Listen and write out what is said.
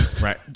Right